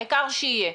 העיקר שיהיה.